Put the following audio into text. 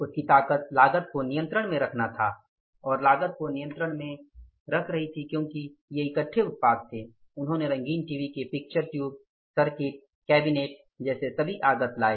उसकी ताकत लागत को नियंत्रण में रखना था लागत को नियंत्रण में रख रही थी क्योंकि ये इकठे उत्पाद थे उन्होंने रंगीन टीवी के पिक्चर ट्यूब सर्किट कैबिनेट जैसे सभी आगत लाए